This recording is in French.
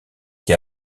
qui